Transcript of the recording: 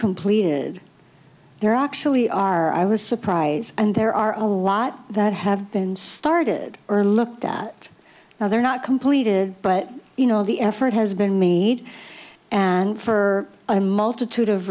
completed there actually are i was surprised and there are a lot that have been started early look that now they're not completed but you know the effort has been made and for a multitude of